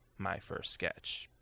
myfirstsketch